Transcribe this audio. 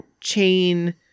chain